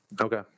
Okay